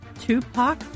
Tupac